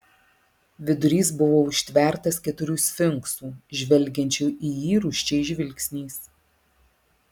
vidurys buvo užtvertas keturių sfinksų žvelgiančių į jį rūsčiais žvilgsniais